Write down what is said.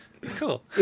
Cool